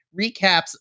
recaps